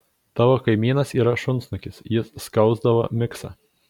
tavo kaimynas yra šunsnukis jis skausdavo miksą